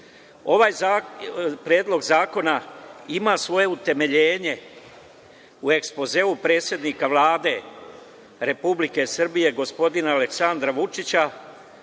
Ovaj Predlog zakona ima svoje utemeljenju u ekspozeu predsednika Vlade Republike Srbije, gospodina Aleksandra Vučića